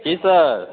Ki sir